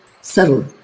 subtle